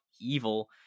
evil